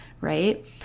right